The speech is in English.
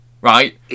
right